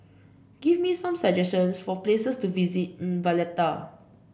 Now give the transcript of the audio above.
give me some suggestions for places to visit in Valletta